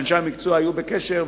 אנשי המקצוע היו בקשר,